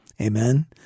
Amen